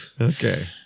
Okay